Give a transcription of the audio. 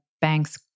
banks